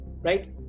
Right